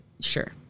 sure